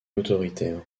autoritaire